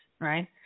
right